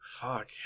Fuck